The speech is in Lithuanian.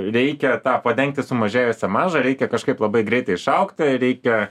reikia tą padengti sumažėjusią maržą reikia kažkaip labai greitai išaugti reikia